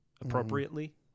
appropriately